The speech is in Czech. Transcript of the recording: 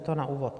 To na úvod.